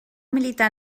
militar